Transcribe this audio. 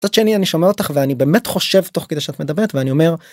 מצד שני אני שומע אותך ואני באמת חושב תוך כדי שאת מדברת ואני אומר.